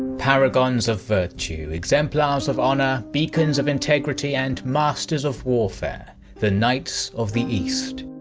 paragons of virtue, exemplars of honour, beacons of integrity and masters of warfare the knights of the east.